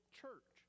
church